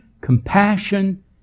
compassion